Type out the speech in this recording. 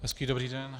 Hezký, dobrý den.